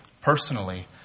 personally